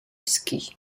ski